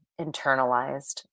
internalized